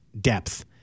depth